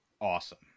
awesome